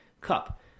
cup